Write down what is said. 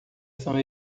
são